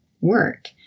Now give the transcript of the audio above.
work